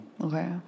Okay